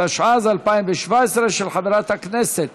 התשע''ז 2017, של חברת הכנסת